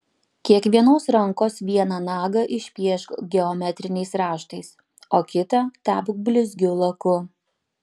kiekvienos rankos vieną nagą išpiešk geometriniais raštais o kitą tepk blizgiu laku